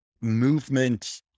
movement